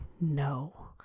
no